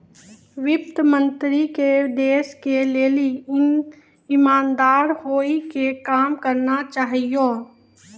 वित्त मन्त्री के देश के लेली इमानदार होइ के काम करना चाहियो